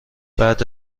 بعد